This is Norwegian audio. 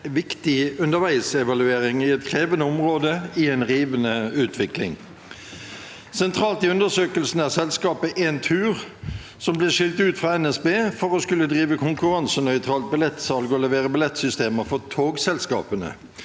kollektivreiser 3861 evaluering av et krevende område i en rivende utvikling. Sentralt i undersøkelsen er selskapet Entur, som ble skilt ut fra NSB for å skulle drive konkurransenøytralt billettsalg og levere billettsystemer for togselskapene.